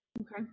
Okay